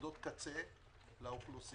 יחידות קצה לאוכלוסייה,